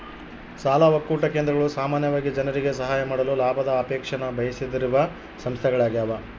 ಸಾಲ ಒಕ್ಕೂಟ ಕೇಂದ್ರಗಳು ಸಾಮಾನ್ಯವಾಗಿ ಜನರಿಗೆ ಸಹಾಯ ಮಾಡಲು ಲಾಭದ ಅಪೇಕ್ಷೆನ ಬಯಸದೆಯಿರುವ ಸಂಸ್ಥೆಗಳ್ಯಾಗವ